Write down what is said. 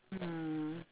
mm